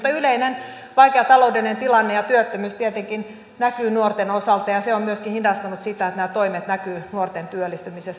mutta yleinen vaikea taloudellinen tilanne ja työttömyys tietenkin näkyy nuorten osalta ja se on myöskin hidastanut näiden toimien näkymistä nuorten työllistymisessä